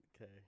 Okay